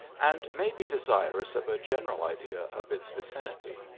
and may be desirous of a general idea of its vicinity.